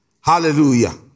Hallelujah